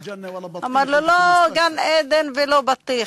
אמר לו: לא גן-עדן ולא בטיח,